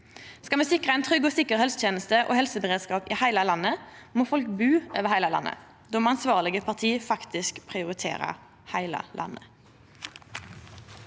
Skal me sikra ei trygg og sikker helseteneste og helseberedskap i heile landet, må folk bu over heile landet. Då må ansvarlege parti faktisk prioritera heile landet.